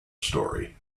story